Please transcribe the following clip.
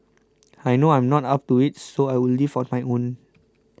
I know I'm not up to it so I will leave on my own